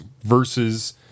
versus